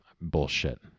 bullshit